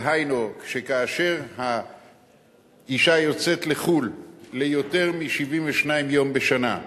דהיינו שכאשר האשה יוצאת לחו"ל ליותר מ-72 יום בשנה,